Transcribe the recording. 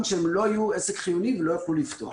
שהן לא היו עסק חיוני ולא יכלו לפתוח.